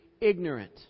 ignorant